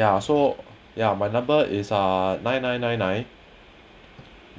ya so ya my number is uh nine nine nine nine